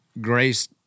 grace